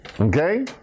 Okay